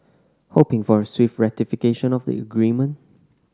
hoping for a swift ratification of the agreement